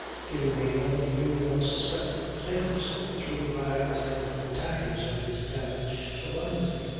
giving me another view of unsuspected things through the rags and tatters of his damaged solemnity.